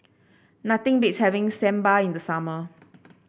nothing beats having Sambar in the summer